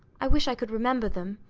i wish i could remember them.